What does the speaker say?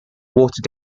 water